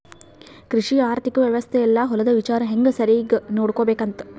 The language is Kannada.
ಕೃಷಿ ಆರ್ಥಿಕ ವ್ಯವಸ್ತೆ ಯೆಲ್ಲ ಹೊಲದ ವಿಚಾರ ಹೆಂಗ ಸರಿಗ ನೋಡ್ಕೊಬೇಕ್ ಅಂತ